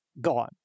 gone